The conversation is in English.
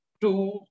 two